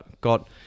got